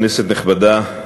כנסת נכבדה,